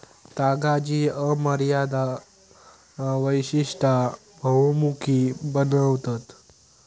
तागाची अमर्याद वैशिष्टा बहुमुखी बनवतत